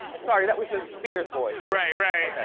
sorry that was the spears boy. right right.